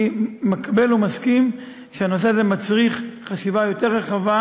אני מקבל ומסכים שהנושא הזה מצריך חשיבה יותר רחבה,